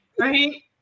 right